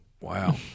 Wow